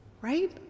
right